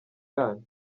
yanyu